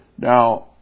Now